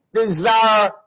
desire